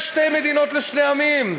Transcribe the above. יש שתי מדינות לשני עמים: